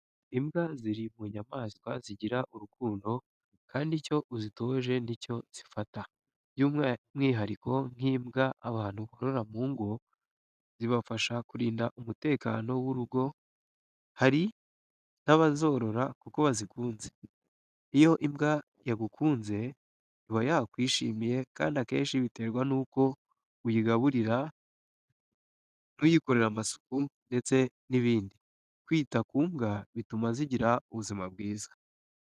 Imbwa ziri munyamaswa zigira urukundo kandi icyo uzitoje ni cyo zifata, by'umwihariko nk'imbwa abantu borora mu ngo zibafasha kurinda umutekano w'urugo, hari n'abazorora kuko bazikunze. Iyo imbwa yagukunze iba yarakwishimiye kandi akenshi biterwa nuko uyigaburira, n'uyikorera amasuku ndete n'ibindi, kwita ku mbwa bituma zigira ubuzima bwiza.